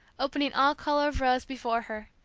opening all color of rose before her,